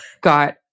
got